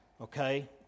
Okay